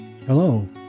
Hello